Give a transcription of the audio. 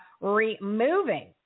removing